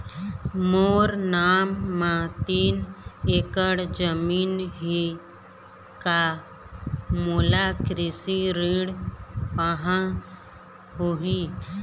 मोर नाम म तीन एकड़ जमीन ही का मोला कृषि ऋण पाहां होही?